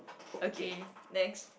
okay next